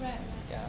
right right